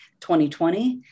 2020